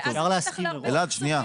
אלעד, שנייה.